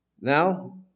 Now